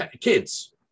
Kids